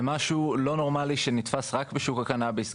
זה משהו מטורף, שנתפס רק בשוק הקנביס.